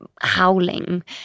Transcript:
howling